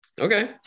Okay